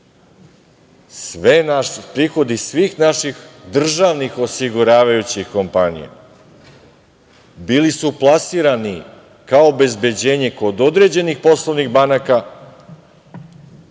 režima prihodi svih naših državnih osiguravajućih kompanija, bili su plasirani kao obezbeđenje kod određenih poslovnih banaka,